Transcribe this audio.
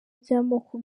by’amoko